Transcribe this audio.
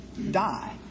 die